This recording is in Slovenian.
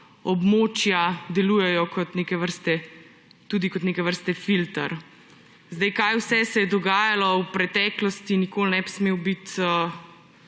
območja delujejo kot neke vrste filter. Sedaj, kaj vse se je dogajalo v preteklosti, nikoli ne bi smela biti